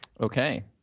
okay